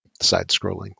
Side-scrolling